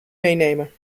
meenemen